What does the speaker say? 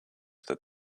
that